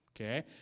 Okay